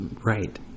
right